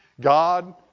God